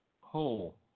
hole